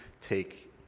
take